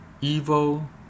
Evil